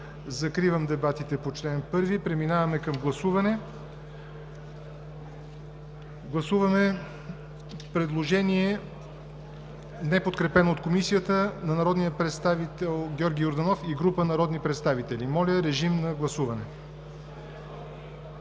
Закривам дебатите по чл. 1. Преминаваме към гласуване. Гласуваме предложение, неподкрепено от Комисията, на народния представител Георги Йорданов и група народни представители. Гласували